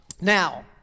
Now